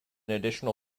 additional